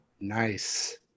nice